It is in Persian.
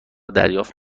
دریافت